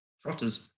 trotters